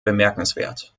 bemerkenswert